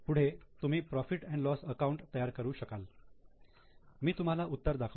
पुढे तुम्ही profit and loss account profit loss account तयार करू शकता मी तुम्हाला उत्तर दाखवतो